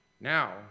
Now